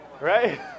right